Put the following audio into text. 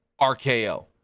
RKO